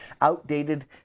outdated